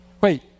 Wait